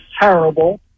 terrible